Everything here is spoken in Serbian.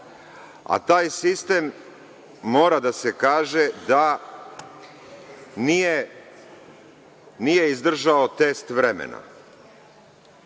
a taj sistem mora da se kaže da nije izdržao test vremena.